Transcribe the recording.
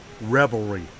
revelry